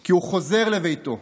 כי הוא חוזר לביתו,